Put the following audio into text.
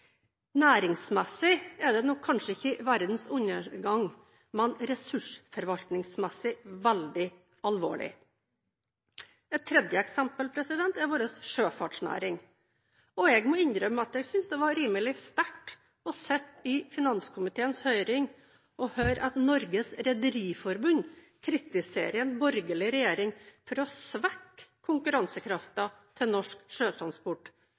Næringsmessig er det kanskje ikke verdens undergang, men ressursforvaltningsmessig veldig alvorlig. Et tredje eksempel er sjøfartsnæringen vår. Jeg må innrømme at jeg synes det var rimelig sterkt å sitte i finanskomiteens høring og høre at Norges Rederiforbund kritiserer en borgerlig regjering for å svekke konkurransekraften til norsk sjøtransport